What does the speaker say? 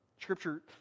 Scripture